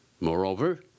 Moreover